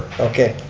okay.